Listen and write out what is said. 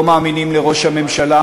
לא מאמינים לראש הממשלה,